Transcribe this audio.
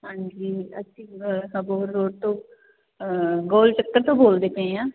ਹਾਂਜੀ ਅਸੀਂ ਅਬੋਰ ਰੋਡ ਤੋਂ ਗੋਲ ਚੱਕਰ ਤੋਂ ਬੋਲਦੇ ਪਏ ਆ